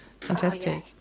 Fantastic